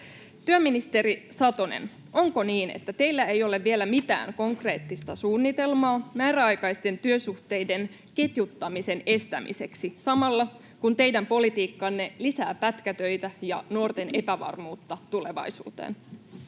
Työministeri Satonen, onko niin, että teillä ei ole vielä mitään konkreettista suunnitelmaa määräaikaisten työsuhteiden ketjuttamisen estämiseksi samalla, kun teidän politiikkanne lisää pätkätöitä ja nuorten epävarmuutta tulevaisuuteen?